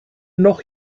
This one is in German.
noch